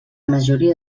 majoria